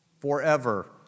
forever